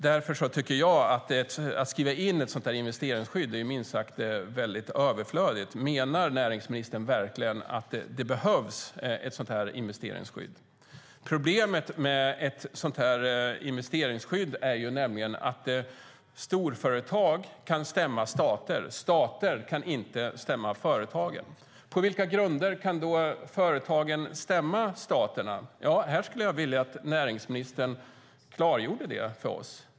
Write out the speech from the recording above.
Därför tycker jag att det är minst sagt överflödigt att skriva in ett sådant investeringsskydd. Menar näringsministern verkligen att detta investeringsskydd behövs? Problemet med ett sådant investeringsskydd är nämligen att storföretag kan stämma stater. Men stater kan inte stämma företag. På vilka grunder kan då företagen stämma staterna? Jag skulle vilja att näringsministern klargör det för oss.